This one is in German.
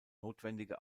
notwendige